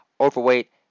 overweight